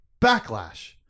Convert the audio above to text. Backlash